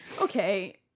Okay